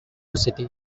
city